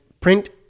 print